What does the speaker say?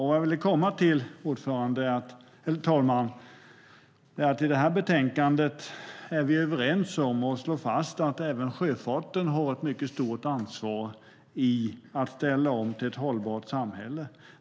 Vad jag vill komma fram till, fru talman, är att vi i detta betänkande är överens om att slå fast att även sjöfarten har ett mycket stort ansvar för att ställa om till ett hållbart samhälle.